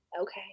Okay